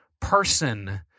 person